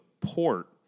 port